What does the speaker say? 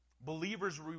believers